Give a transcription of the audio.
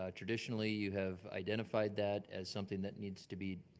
ah traditionally you have identified that as something that needs to be,